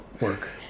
work